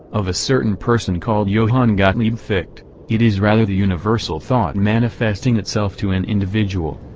of a certain person called johann gottlieb fichte it is rather the universal thought manifesting itself to an individual.